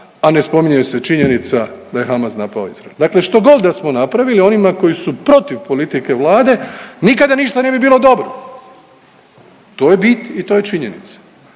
a ne spominje se činjenica da je Hamas napao Izrael. Dakle, što god da smo napravili onima koji su protiv politike Vlade nikada ništa ne bi bilo dobro. To je bit i to je činjenica